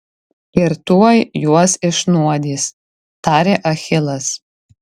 ir tuoj juos išnuodys tarė achilas